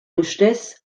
ustez